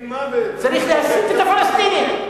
פסקי-דין מוות, צריך להסית את הפלסטינים?